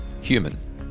human